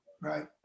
Right